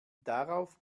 darauf